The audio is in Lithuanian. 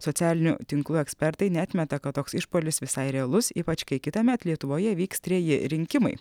socialinių tinklų ekspertai neatmeta kad toks išpuolis visai realus ypač kai kitąmet lietuvoje vyks treji rinkimai